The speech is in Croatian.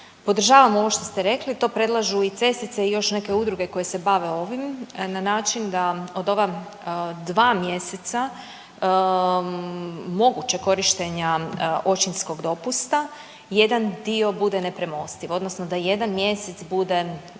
Podržavam ovo što ste rekli, to predlažu i CESI-ce i još neke udruge koje se bave ovim na način da od ova dva mjeseca mogućeg korištenja očinskog dopusta jedan dio bude nepremostiv odnosno da jedan mjesec bude obvezan